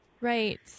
right